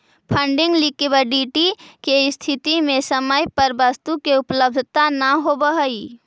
funding liquidity के स्थिति में समय पर वस्तु के उपलब्धता न होवऽ हई